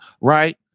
right